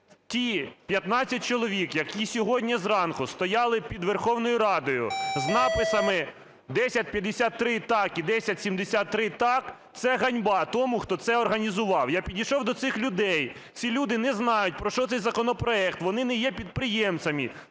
ті 15 чоловік, які сьогодні зранку стояли під Верховною Радою з написами "1053 – так" і "1073 – так", це ганьба тому, хто це організував. Я підійшов до цих людей, ці люди не знають про що цей законопроект, вони не є підприємцями.